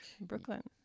Brooklyn